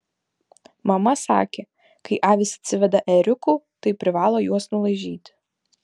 mama sakė kai avys atsiveda ėriukų tai privalo juos nulaižyti